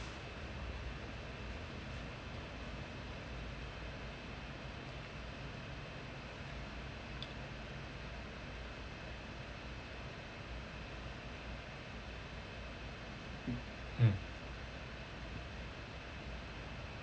mm mm